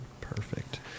Perfect